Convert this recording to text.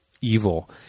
evil